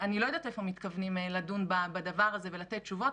אני לא יודעת איפה מתכוונים לדון בדבר הזה ולתת תשובות.